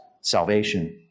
salvation